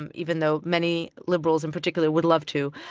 um even though many liberals, in particular, would love to.